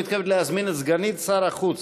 אני מתכבד להזמין את סגנית שר החוץ,